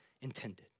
intended